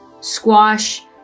squash